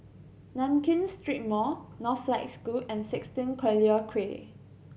Nankin Street Mall Northlight School and sixteen Collyer Quay